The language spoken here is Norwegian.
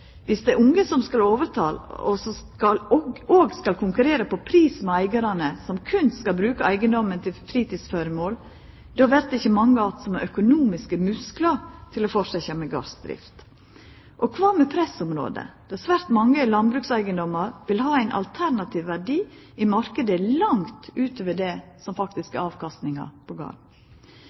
Viss dei unge som skal overta, òg skal konkurrera på pris med eigarar som berre skal bruka eigedommen til fritidsformål, vert det ikkje mange att som har økonomiske musklar til å fortsetja med gardsdrift. Og kva med pressområda, der svært mange landbrukseigedommar vil ha ein alternativ verdi i marknaden langt utover det som faktisk er avkastinga på